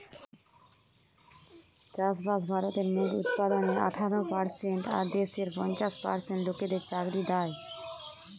চাষবাস ভারতের মোট উৎপাদনের আঠারো পারসেন্ট আর দেশের পঞ্চাশ পার্সেন্ট লোকদের চাকরি দ্যায়